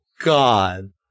god